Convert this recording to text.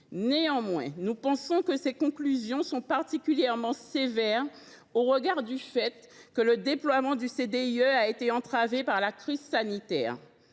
Néanmoins, nous estimons que ces conclusions sont particulièrement sévères, au regard du fait que le déploiement du CDIE a été entravé par la crise sanitaire.